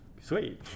Sweet